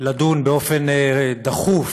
לדון באופן דחוף